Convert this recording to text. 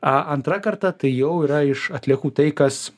a antra karta tai jau yra iš atliekų tai kas